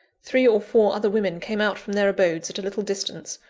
three or four other women came out from their abodes at a little distance,